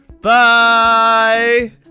Bye